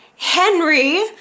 Henry